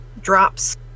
drops